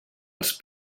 els